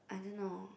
I don't know